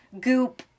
goop